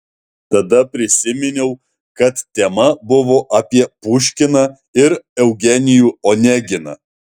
tada prisiminiau kad tema buvo apie puškiną ir eugenijų oneginą